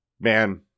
Man